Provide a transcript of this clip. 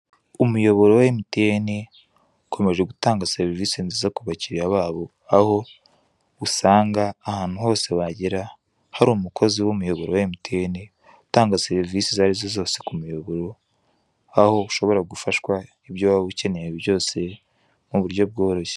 Umuyoboro wa Emutiyeni ukomeje gutanga serivisi nziza ku bakiriya babo, aho usanga ahantu hose wagera hari umukozi w'umuyoboro wa Emutiyeni, utanga serivisi izo ari zo zose ku muyoboro, aho ushobora gufashwa ibyo waba ukeneye byose, mu buryo bworoshye.